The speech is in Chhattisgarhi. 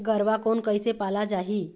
गरवा कोन कइसे पाला जाही?